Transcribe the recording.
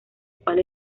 cual